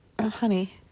honey